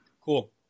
Cool